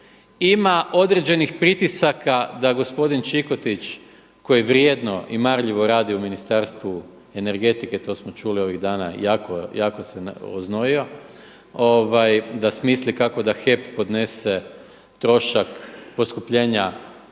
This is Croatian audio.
ima određenih pritisaka da gospodin Čikotić koji vrijedno i marljivo radi u Ministarstvu energetike to smo čuli ovih dana jako se oznojio, da smisli kako da HEP podnese trošak poskupljenja